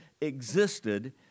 existed